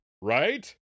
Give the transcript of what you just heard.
right